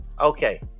Okay